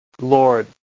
Lord